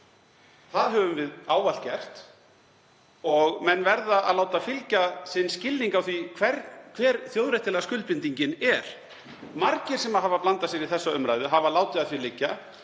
það höfum við ávallt gert. Menn verða að láta fylgja sinn skilning á því hver þjóðréttarlega skuldbindingin er. Margir sem hafa blandað sér í þessa umræðu hafa látið að því